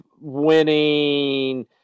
winning